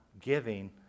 giving